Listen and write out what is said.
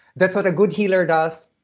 that's what a good healer does,